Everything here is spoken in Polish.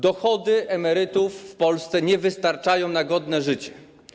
Dochody emerytów w Polsce nie wystarczają na godne życie.